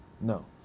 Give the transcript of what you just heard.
No